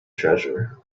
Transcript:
treasure